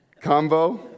combo